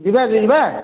ଯିବା ଯିବା